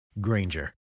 Granger